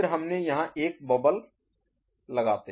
फिर हमने यहाँ एक बबल Bubble बुलबुला लगाते